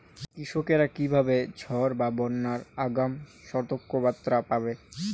কৃষকেরা কীভাবে ঝড় বা বন্যার আগাম সতর্ক বার্তা পাবে?